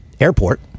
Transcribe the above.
airport